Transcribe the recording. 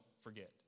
forget